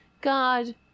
God